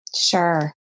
Sure